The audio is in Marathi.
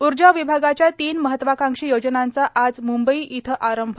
ऊर्जा विभागाच्या तीन महत्त्वाकांक्षी योजनांचा आज मुंबई इथं आरंभ